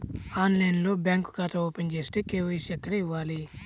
ఆన్లైన్లో బ్యాంకు ఖాతా ఓపెన్ చేస్తే, కే.వై.సి ఎక్కడ ఇవ్వాలి?